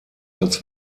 als